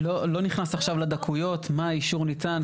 אני לא נכנס עכשיו לדקויות מה אישור הניתן,